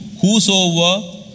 whosoever